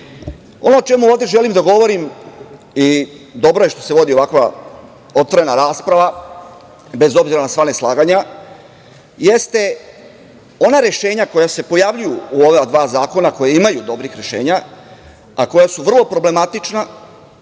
o čemu želim ovde da govorim i dobro je što se vodi ovakva otvorena rasprava, bez obzira na sva neslaganja, jeste ona rešenja koja se pojavljuju u ova dva zakona, a ima dobrih rešenja, a koja su vrlo problematična,